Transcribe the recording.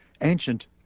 ancient